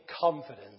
confidence